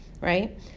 right